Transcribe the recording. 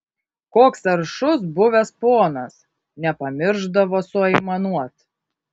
koks aršus buvęs ponas nepamiršdavo suaimanuot